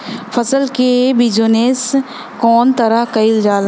फसल क बिजनेस कउने तरह कईल जाला?